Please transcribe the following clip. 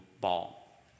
ball